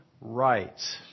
rights